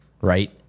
right